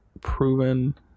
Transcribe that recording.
proven